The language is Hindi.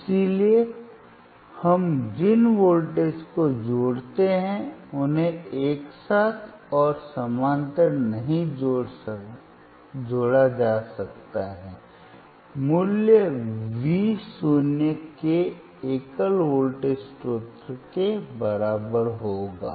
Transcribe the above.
इसलिए हम जिन वोल्टेज को जोड़ते हैं उन्हें एक साथ और समानांतर नहीं जोड़ा जा सकता है और मूल्य v शून्य के एकल वोल्टेज स्रोत के बराबर होगा